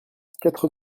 quatre